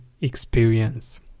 experience